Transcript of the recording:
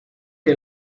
que